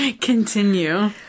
Continue